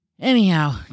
anyhow